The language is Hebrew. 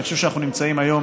אני חושב שאנחנו נמצאים היום